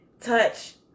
touch